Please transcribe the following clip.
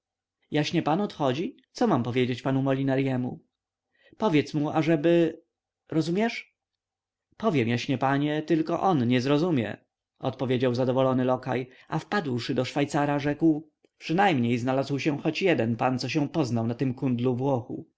dół jaśnie pan odchodzi co mam powiedzieć panu molinaremu powiedz mu ażeby rozumiesz powiem jaśnie panie tylko on nie zrozumie odpowiedział zadowolony lokaj a wpadłszy do szwajcara rzekł przynajmniej znalazł się choć jeden pan co się poznał na tym kundlu